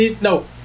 No